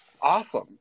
awesome